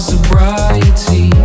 sobriety